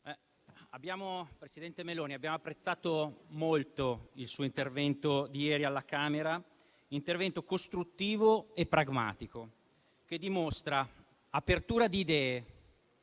abbiamo apprezzato molto il suo intervento di ieri alla Camera: un intervento costruttivo e pragmatico, che dimostra apertura di idee.